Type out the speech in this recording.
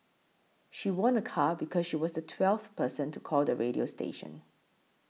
she won a car because she was the twelfth person to call the radio station